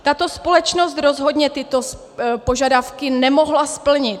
Tato společnost rozhodně tyto požadavky nemohla splnit.